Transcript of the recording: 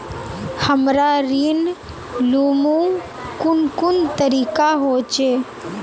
हमरा ऋण लुमू कुन कुन तरीका होचे?